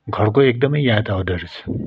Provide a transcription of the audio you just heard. घरको एकदमै याद आउँद रहेछ